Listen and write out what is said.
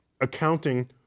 accounting